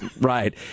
right